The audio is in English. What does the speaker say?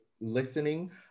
listening